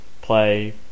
play